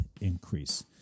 increase